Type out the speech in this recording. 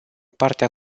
partea